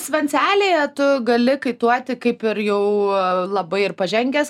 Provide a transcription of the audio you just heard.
svencelėje tu gali kaituoti kaip ir jau labai ir pažengęs